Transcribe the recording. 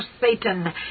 Satan